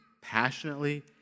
passionately